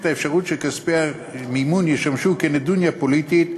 האפשרות שכספי המימון ישמשו כ"נדוניה" פוליטית,